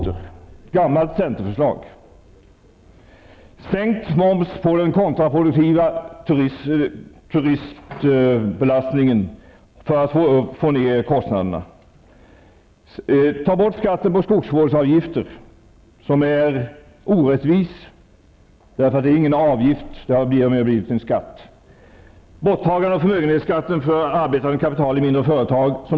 Det var ett gammalt centerförslag. Sänkt moms på den kontraproduktiva turistbelastningen för att få ned kostnaderna. Skatten på skogsvårdsavgifter tas bort. Den är orättvis och är inte längre en avgift. Den har mer och mer blivit en skatt. Borttagande av förmögenhetsskatten på arbetande kapital i mindre företag.